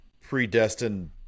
predestined